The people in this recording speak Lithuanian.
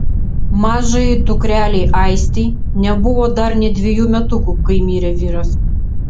mažajai dukrelei aistei nebuvo dar nė dvejų metukų kai mirė vyras